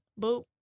Boop